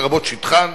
לרבות שטחן,